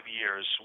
years